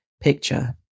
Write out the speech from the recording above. picture